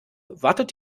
wartet